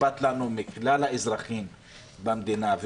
אכפת לנו מכלל האזרחים במדינה,